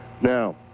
Now